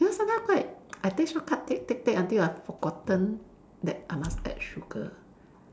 you know sometime quite I take shortcut take take take until I forgotten that I must add sugar